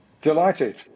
Delighted